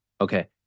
okay